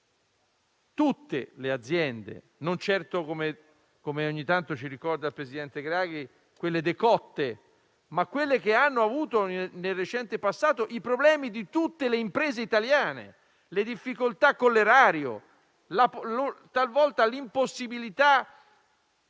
tutte le aziende, non certo quelle decotte, come ogni tanto ci ricorda il presidente Draghi, ma quelle che hanno avuto, nel recente passato, i problemi di tutte le imprese italiane, le difficoltà con l'erario, talvolta l'impossibilità